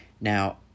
Now